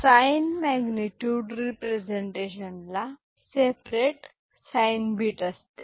sign magnet representation ला separate साईं असते